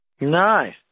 Nice